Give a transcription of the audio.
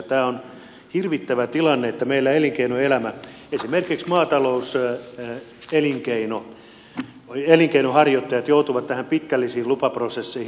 tämä on hirvittävä tilanne että meillä elinkeinoelämä esimerkiksi maatalouselinkeinon harjoittajat joutuu näihin pitkällisiin lupaprosesseihin